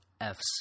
Fs